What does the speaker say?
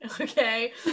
okay